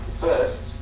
First